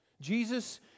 Jesus